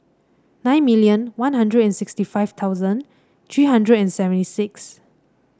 nine million One Hundred and sixty five thousand three hundred and seventy six